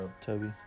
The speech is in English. Toby